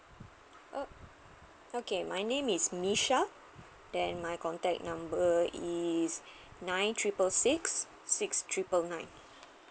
uh okay my name is misha then my contact number is nine triple six six triple nine